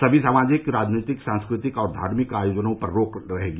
सभी सामाजिक राजनीतिक सांस्कृतिक और धार्मिक आयोजनों पर रोक लगी रहेगी